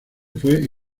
fue